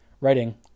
writing